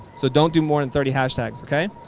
so don't do more than thirty hashtags. ok.